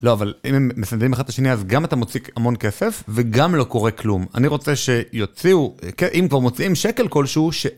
לא, אבל אם הם מסנדרים אחד את השני, אז גם אתה מוציא המון כסף וגם לא קורה כלום. אני רוצה שיוציאו, אם כבר מוצאים שקל כלשהו, ש...